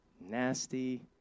nasty